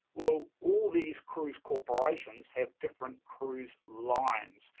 well, all these cruise corporations have different cruise lines.